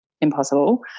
impossible